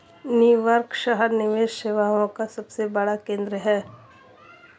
New York शहर निवेश सेवाओं का सबसे बड़ा केंद्र है